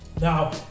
now